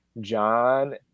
John